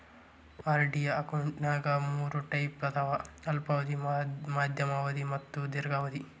RD ಅಕೌಂಟ್ನ್ಯಾಗ ಮೂರ್ type ಅದಾವ ಅಲ್ಪಾವಧಿ ಮಾಧ್ಯಮ ಅವಧಿ ಮತ್ತ ದೇರ್ಘಾವಧಿ